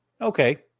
Okay